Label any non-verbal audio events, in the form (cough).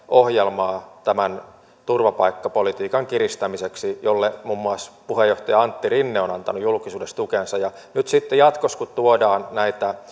(unintelligible) ohjelmaa tämän turvapaikkapolitiikan kiristämiseksi jolle muun muassa puheenjohtaja antti rinne on antanut julkisuudessa tukensa nyt sitten jatkossa kun tuodaan näitä (unintelligible)